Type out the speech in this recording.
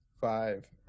five